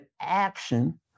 action